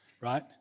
right